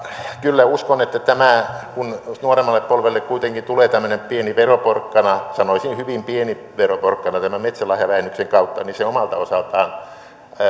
kyllä uskon että kun nuoremmalle polvelle kuitenkin tulee tämmöinen pieni veroporkkana sanoisin että hyvin pieni veroporkkana tämän metsälahjavähennyksen kautta niin se omalta osaltaan